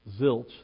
Zilch